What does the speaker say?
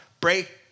break